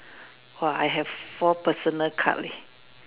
!wah! I have four personal card leh